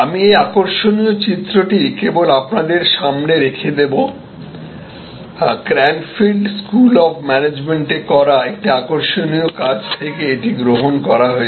আমি এই আকর্ষণীয় চিত্রটি কেবল আপনার সামনে রেখে দেব ক্র্যানফিল্ড স্কুল অফ ম্যানেজমেন্টে করা একটি আকর্ষণীয় কাজ থেকে এটি গ্রহণ করা হয়েছে